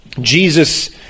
Jesus